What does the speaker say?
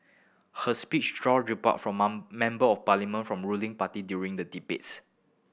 her speech drew rebuttal from Member of Parliament from ruling party during the debates